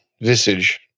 visage